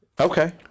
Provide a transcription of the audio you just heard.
Okay